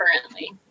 currently